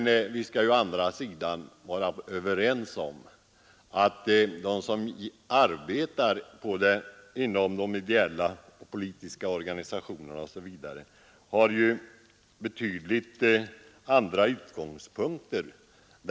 Vi skall dock vara på det klara med att de som arbetar både inom de ideella och inom de politiska organisationerna har helt andra utgångspunkter.